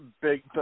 big